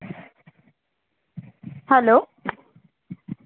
hello